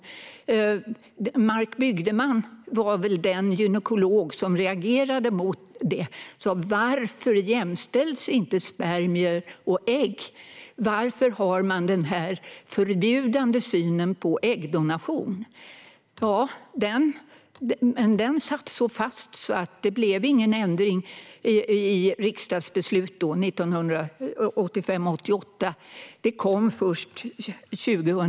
Gynekologen Marc Bygdeman reagerade mot detta. Han undrade varför spermier och ägg inte jämställdes och varför man hade en förbjudande syn på äggdonation. Den synen satt så hårt att det inte blev någon ändring genom riksdagsbeslut under perioden 1985-1988.